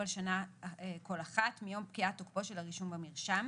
על שנה כל אחת מיום פקיעת תוקפו של הרישום במרשם,